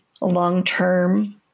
long-term